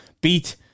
beat